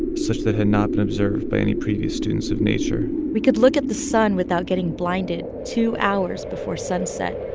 such that had not been observed by any previous students of nature we could look at the sun without getting blinded two hours before sunset,